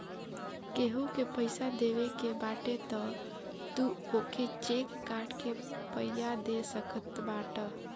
केहू के पईसा देवे के बाटे तअ तू ओके चेक काट के पइया दे सकत बाटअ